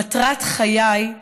"מטרת חיי,